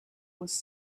was